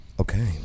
Okay